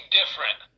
different